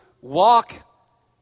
walk